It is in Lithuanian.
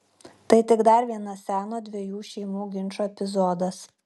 tai tik dar vienas seno dviejų šeimų ginčo epizodas